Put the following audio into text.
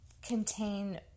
Contain